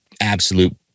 absolute